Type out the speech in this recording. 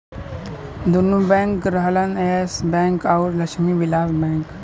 दुन्नो बैंक रहलन yes bank अउर लक्ष्मी विलास बैंक